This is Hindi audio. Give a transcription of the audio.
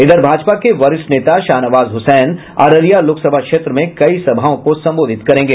इधर भाजपा के वरिष्ठ नेता शाहनवाज हुसैन अररिया लोकसभा क्षेत्र में कई सभाओं को संबोधित करेंगे